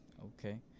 Okay